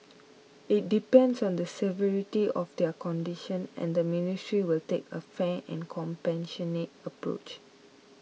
it depends on the severity of their condition and the ministry will take a fair and compassionate approach